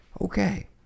Okay